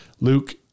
Luke